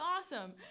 awesome